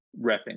repping